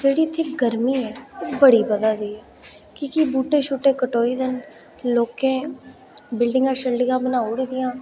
जेह्ड़ी इत्थै गर्मी ऐ ओह् बड़ी बधा दी की के बूह्टे कटोई दे न लोकें बिल्डिंगां बनाई ओड़ी दियां न